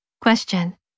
Question